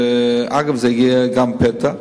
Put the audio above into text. אגב, זה יהיה גם פתע,